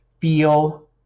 feel